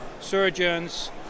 surgeons